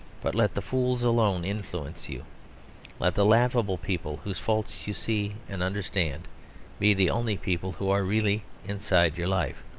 but let the fools alone influence you let the laughable people whose faults you see and understand be the only people who are really inside your life,